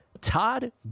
Todd